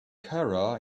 cara